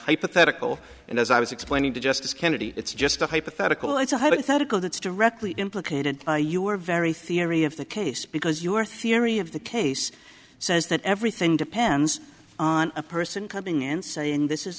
hypothetical and as i was explaining to justice kennedy it's just a hypothetical it's a hypothetical that's directly implicated you are very theory of the case because your theory of the case says that everything depends on a person coming in saying this is